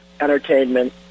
entertainment